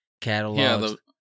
catalogs